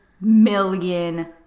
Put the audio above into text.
million